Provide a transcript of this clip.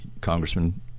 Congressman